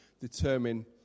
determine